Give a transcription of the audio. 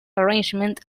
arrangement